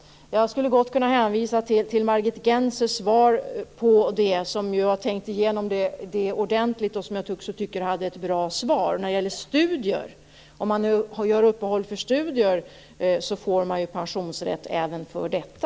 Jag skulle gott kunna hänvisa till Margit Gennser svar på det. Hon har tänkt igenom det ordentligt, och jag tycker att hon också hade ett bra svar. Om man gör uppehåll för studier får man pensionsrätt även för detta.